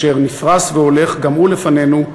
אשר נפרס והולך גם הוא לפנינו,